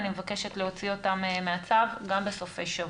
אני מבקשת להוציא אותם מהצו גם בסופי שבוע.